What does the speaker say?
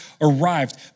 arrived